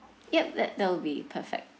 yup that there'll be perfect